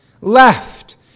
left